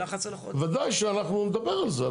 ודאי שאנחנו נדבר על זה.